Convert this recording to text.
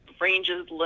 ranges